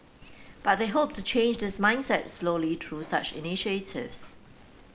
but they hope to change this mindset slowly through such initiatives